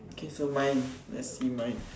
okay so mine lets see mine